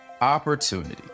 Opportunity